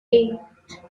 eight